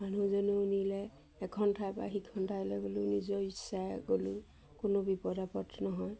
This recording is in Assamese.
মানুহজনেও নিলে এখন ঠাইৰ পৰা সিখন ঠাইলৈ গ'লেও নিজৰ ইচ্ছাৰে গ'লো কোনো বিপদ আপদ নহয়